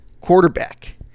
quarterback